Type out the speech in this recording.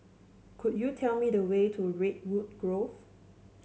could you tell me the way to Redwood Grove